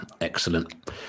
Excellent